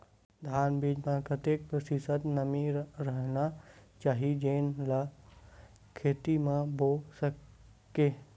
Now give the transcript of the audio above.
धान बीज म कतेक प्रतिशत नमी रहना चाही जेन ला खेत म बो सके?